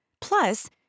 Plus